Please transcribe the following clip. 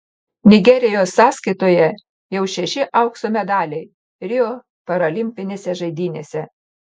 nigerijos sąskaitoje jau šeši aukso medaliai rio paralimpinėse žaidynėse